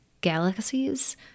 galaxies